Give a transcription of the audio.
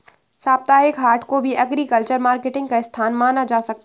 साप्ताहिक हाट को भी एग्रीकल्चरल मार्केटिंग का स्थान माना जा सकता है